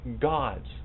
God's